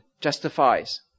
justifies